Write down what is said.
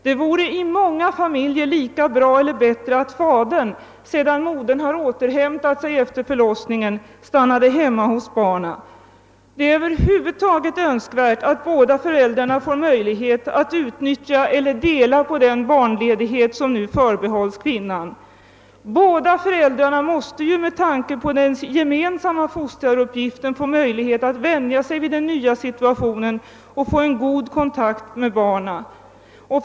Det vore i många familjer lika bra eller bättre att fadern, sedan modern återhämtat sig efter förlossningen, stannade hemma hos barnen. Det är över huvud taget önskvärt att båda föräldrarna får möjlighet att utnyttja eller dela på den barnledighet som nu förbehålls kvinnan. Båda föräldrarna måste ju med tanke på sin gemensamma fostraruppgift få möjlighet att vänja sig vid den nya situationen och få en god kontakt med barnen.